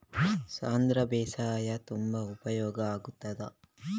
ಸಾಂಧ್ರ ಬೇಸಾಯದಿಂದ ತುಂಬಾ ಉಪಯೋಗ ಆಗುತ್ತದಾ?